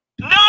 No